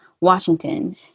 Washington